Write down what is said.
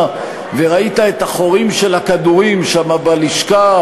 וראית את החורים של הכדורים שם בלשכה,